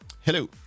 Hello